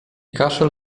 kaszel